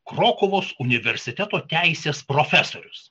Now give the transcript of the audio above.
krokuvos universiteto teisės profesorius